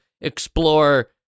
explore